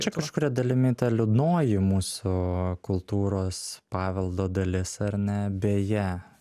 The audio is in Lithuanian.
čia kažkuria dalimi ta liūdnoji mūsų kultūros paveldo dalis ar ne beje